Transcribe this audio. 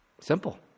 Simple